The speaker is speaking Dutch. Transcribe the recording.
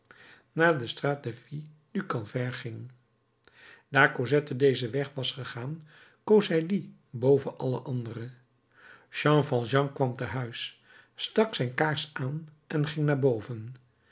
naar de straat des filles du calvaire ging daar cosette dezen weg was gegaan koos hij dien boven alle andere jean valjean kwam te huis stak zijn kaars aan en ging naar boven